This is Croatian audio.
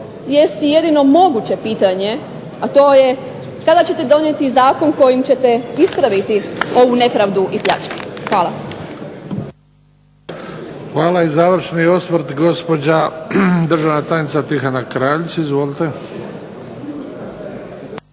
jest i jedino moguće pitanje, a to je kada ćete donijeti zakon kojim ćete ispraviti ovu nepravdu i pljačku. Hvala. **Bebić, Luka (HDZ)** Hvala. I završni osvrt, gospođa državna tajnica Tihana Kraljić. Izvolite.